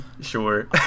Sure